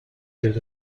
bild